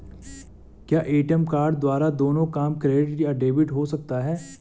क्या ATM card द्वारा दोनों काम क्रेडिट या डेबिट हो सकता है?